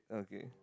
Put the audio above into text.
okay